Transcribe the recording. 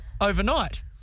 overnight